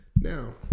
Now